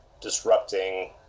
disrupting